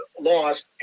lost